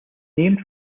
named